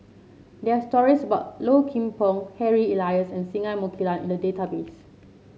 there are stories about Low Kim Pong Harry Elias and Singai Mukilan in the database